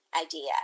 idea